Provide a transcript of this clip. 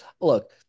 look